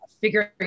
figuring